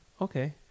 Okay